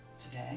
today